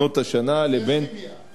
ועונות השנה לבין, זה כימיה.